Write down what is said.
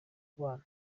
kubana